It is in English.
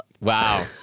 Wow